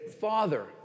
Father